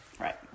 Right